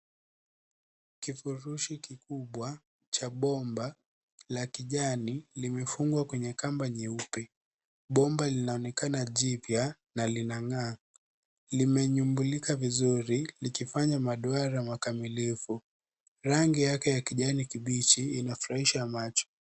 Kifurushi kikubwa cha bomba la kijani limefungwa kwenye kamba nyeupe. Bomba linaonekana jipya na linang'aa. Limenyumbulika vizuri likifanya maduara makamilifu. Rangi yake ya kijani kibichi inafurahisha macho.